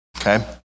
okay